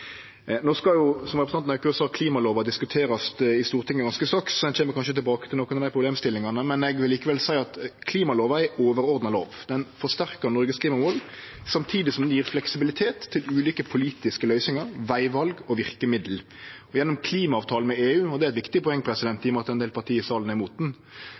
Som representanten Aukrust sa, skal klimalova diskuterast i Stortinget ganske straks, og ein kjem kanskje tilbake til nokre av dei problemstillingane, men eg vil likevel seie at klimalova er ei overordna lov. Ho forsterkar Noregs klimamål samtidig som ho gjev fleksibilitet til ulike politiske løysingar, vegval og verkemiddel. Gjennom klimaavtalen med EU – og det er eit viktig poeng, i og med at ein del parti i salen er imot